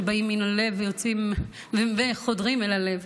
שבאים מן הלב וחודרים אל הלב,